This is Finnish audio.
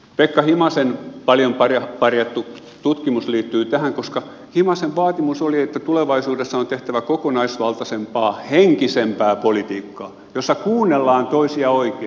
pekka himasen paljon parjattu tutkimus liittyy tähän koska himasen vaatimus oli että tulevaisuudessa on tehtävä kokonaisvaltaisempaa henkisempää politiikkaa jossa kuunnellaan toisia oikein